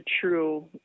true